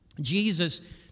Jesus